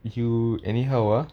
you anyhow ah